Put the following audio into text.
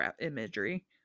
imagery